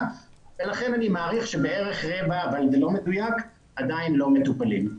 ולכן אני מעריך שבערך רבע אבל זה לא מדויק עדיין לא מטופלים.